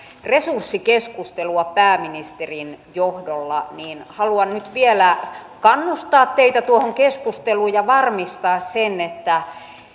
resurssikeskustelua pääministerin johdolla niin haluan nyt vielä kannustaa teitä tuohon keskusteluun ja varmistaa sen että